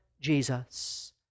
Jesus